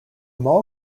mall